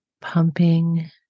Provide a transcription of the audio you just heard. pumping